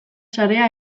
sarea